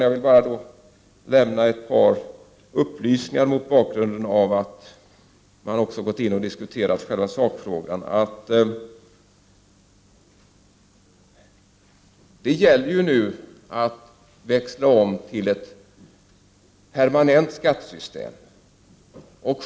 Jag vill lämna ett par upplysningar mot bakgrund av att man har diskuterat själva sakfrågan. Nu gäller det att växla om till ett permanent skattesystem.